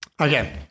Okay